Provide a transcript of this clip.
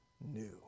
new